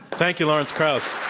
thank you, lawrence krauss.